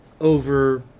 over